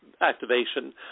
activation